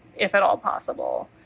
if at all possible.